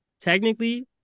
technically